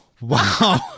Wow